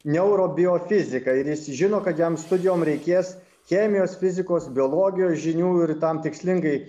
neurobiofiziką ir jis žino kad jam studijom reikės chemijos fizikos biologijos žinių ir tam tikslingai